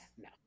no